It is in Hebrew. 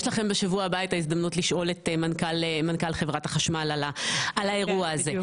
יש לכם בשבוע הבא את ההזדמנות לשאול את מנכ"ל חברת החשמל על האירוע הזה.